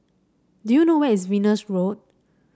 do you know where is Venus Road